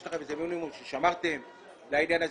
יש לכם איזה מינימום ששמרתם לעניין הזה?